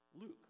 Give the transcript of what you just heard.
Luke